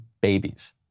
babies